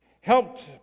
helped